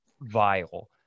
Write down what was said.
vile